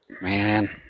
man